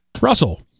Russell